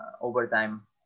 overtime